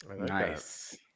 Nice